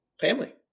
family